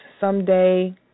Someday